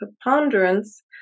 preponderance